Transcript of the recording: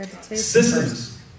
Systems